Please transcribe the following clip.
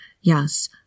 Yes